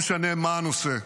(חבר הכנסת איימן עודה יוצא מאולם המליאה.) היו"ר אמיר אוחנה: